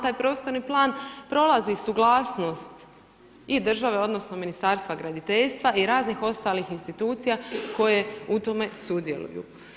Taj prostorni plan prolazi suglasnost i države odnosno Ministarstva graditeljstva i raznih ostalih institucija koje u tome sudjeluju.